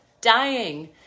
dying